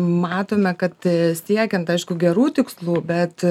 matome kad siekiant aišku gerų tikslų bet